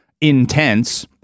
intense